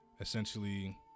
essentially